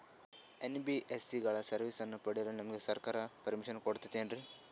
NBSC ಗಳ ಸರ್ವಿಸನ್ನ ಪಡಿಯಲು ನಮಗೆ ಸರ್ಕಾರ ಪರ್ಮಿಷನ್ ಕೊಡ್ತಾತೇನ್ರೀ?